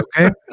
okay